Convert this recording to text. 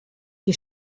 qui